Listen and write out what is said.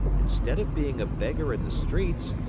instead of being a beggar in the streets,